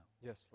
Yes